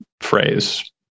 phrase